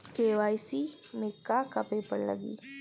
KYC में का का पेपर लगी?